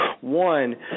One